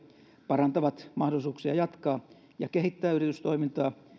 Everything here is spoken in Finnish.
parantavat mahdollisuuksia jatkaa ja kehittää yritystoimintaa